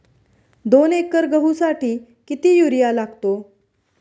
दोन एकर गहूसाठी किती युरिया लागतो?